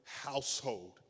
household